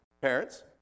Parents